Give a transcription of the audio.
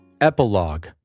epilogue